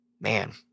Man